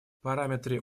параметры